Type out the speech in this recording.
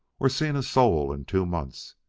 or seen a soul in two months.